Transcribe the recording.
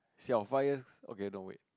siao five years okay no wait